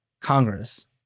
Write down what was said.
Congress